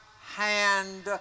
hand